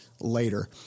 later